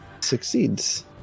succeeds